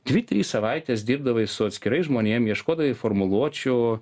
dvi trys savaitės dirbdavai su atskirais žmonėm ieškodavai formuluočių